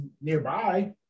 nearby